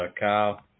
Kyle